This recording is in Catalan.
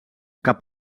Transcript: cap